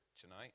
tonight